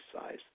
size